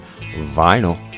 vinyl